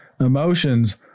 emotions